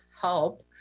help